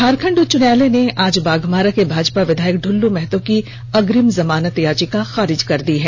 झारखंड उच्च न्यायालय ने आज बाघमारा के भाजपा विधायक ढुल्लू महतो की अग्रिम जमानत याचिका खारिज कर दी है